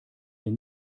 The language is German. hier